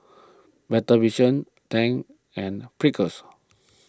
Better Vision Tangs and Pringles